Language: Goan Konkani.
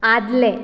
आदलें